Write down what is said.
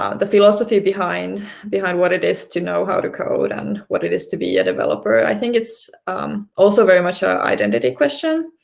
ah the philosophy behind behind what it is to know how to code, and what it is to be a developer, i think it's also very much an identity question.